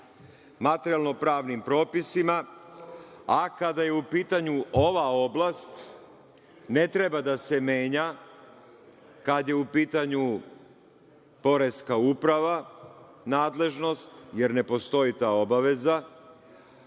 materijalno-pravnim propisima, a kada je u pitanju ova oblast, ne treba da se menja, kada je u pitanju poreska uprava, nadležnost, jer ne postoji ta obaveza. Pošto